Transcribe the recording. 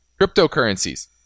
cryptocurrencies